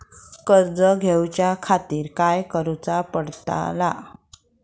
कर्ज घेऊच्या खातीर काय करुचा पडतला?